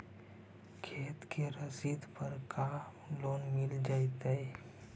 खेत के रसिद पर का लोन मिल जइतै?